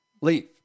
leave